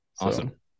Awesome